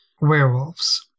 werewolves